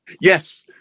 Yes